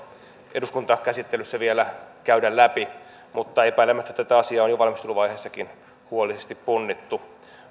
eduskuntakäsittelyssä vielä käydä läpi mutta epäilemättä tätä asiaa on jo valmisteluvaiheessakin huolellisesti punnittu